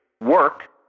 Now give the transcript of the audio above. work